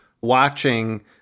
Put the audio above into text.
watching